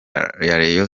rayon